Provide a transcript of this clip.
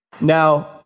Now